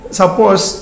suppose